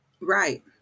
Right